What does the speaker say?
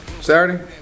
Saturday